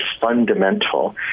fundamental